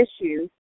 issues